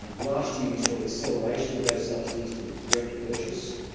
last year we saw an acceleration of those subsidies to direct purchase,